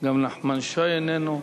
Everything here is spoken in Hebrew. גם חבר הכנסת נחמן שי איננו.